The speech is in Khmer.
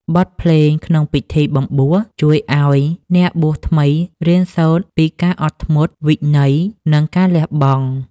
បទភ្លេងក្នុងពិធីបំបួស ជួយឱ្យអ្នកបួសថ្មីរៀនសូត្រពីការអត់ធ្មត់ វិន័យ និងការលះបង់។